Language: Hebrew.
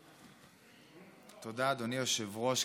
תודה, אדוני היושב-ראש.